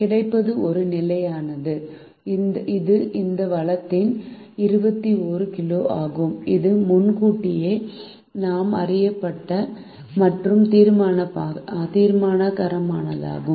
கிடைப்பது ஒரு நிலையானது இது இந்த வளத்தின் 21 கிலோ ஆகும் இது முன்கூட்டியே நன்கு அறியப்பட்ட மற்றும் தீர்மானகரமானதாகும்